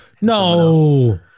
No